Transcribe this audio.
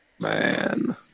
man